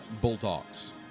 Bulldogs